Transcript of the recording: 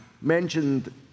mentioned